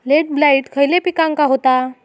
Late blight खयले पिकांका होता?